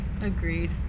agreed